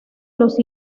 los